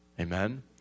Amen